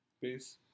peace